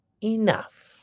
enough